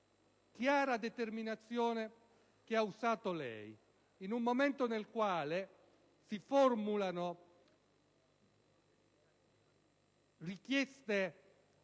chiara determinazione che ha usato lei: in un momento nel quale si formulano richieste